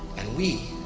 and we.